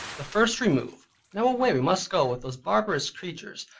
the first remove now away we must go with those barbarous creatures,